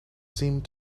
seemed